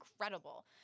incredible